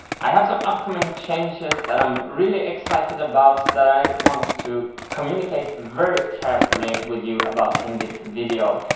i have some upcoming changes, that i'm really excited about, that i want to communicate very carefully with you about in this video.